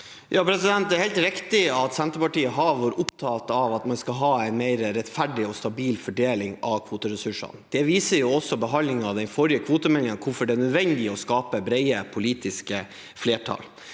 Det er helt rik- tig at Senterpartiet har vært opptatt av at man skal ha en mer rettferdig og stabil fordeling av kvoteressursene. Behandlingen av den forrige kvotemeldingen viser også hvorfor det er nødvendig å skape brede politiske flertall.